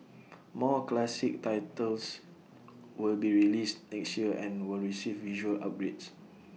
more classic titles will be released next year and will receive visual upgrades